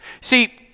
See